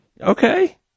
Okay